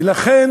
והיא